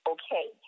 okay